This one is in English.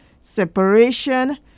separation